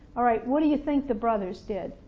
all right what do you think the brothers did?